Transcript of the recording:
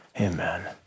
Amen